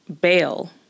bail